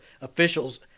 officials